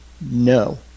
no